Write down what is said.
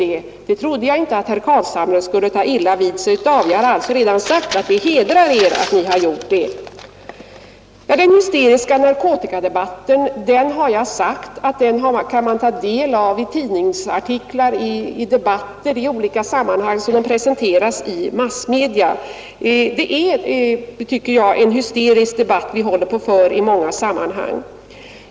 Jag har alltså redan sagt att det hedrar er, och det trodde jag inte att herr Carlshamre skulle ta illa vid sig av. Om den hysteriska narkotikadebatten har jag sagt att den kan man ta del av i tidningsartiklar, i debatter i olika sammanhang såsom de presenteras i massmedia. Det är, tycker jag, en hysterisk debatt vi för i många sammanhang i denna fråga.